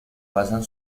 pasan